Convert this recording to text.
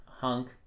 hunk